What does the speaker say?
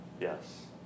Yes